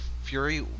fury